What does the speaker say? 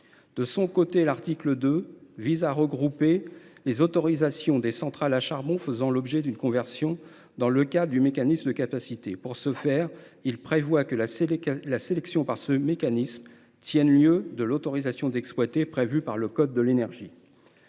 De son côté, l’article 2 vise à regrouper les autorisations des centrales à charbon faisant l’objet d’une conversion dans le cadre du mécanisme de capacité. À cette fin, il dispose que la sélection par ce mécanisme tient lieu de l’autorisation d’exploiter prévue par le code de l’énergie.